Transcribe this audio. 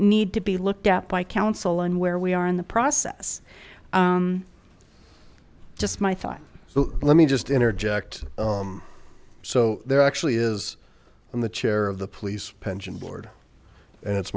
need to be looked at by council and where we are in the process just my thought so let me just interject so there actually is on the chair of the police pension board